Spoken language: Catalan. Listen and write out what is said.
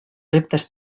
reptes